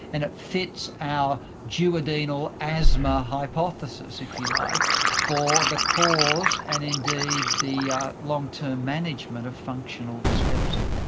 and it fits our duodenal asthma hypothesis, if you like, for the cause and indeed the long term management of functional dyspepsia.